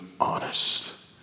honest